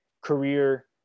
career